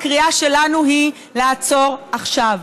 הקריאה שלנו היא לעצור עכשיו,